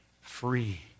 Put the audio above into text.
free